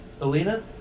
Alina